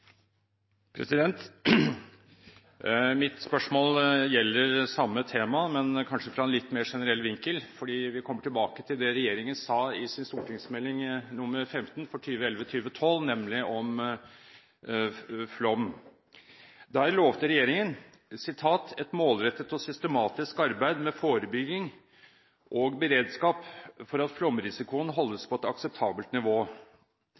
hovedspørsmål. Mitt spørsmål gjelder samme tema, men kanskje fra en litt mer generell vinkel, for vi kommer tilbake til det regjeringen sa i Meld. St. 15 for 2011–2012 om flom. Der lovet regjeringen at den vil gjennom «et målrettet og systematisk arbeid med forebygging og beredskap arbeide for at flom- og skredrisikoen holdes på et akseptabelt nivå».